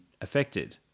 affected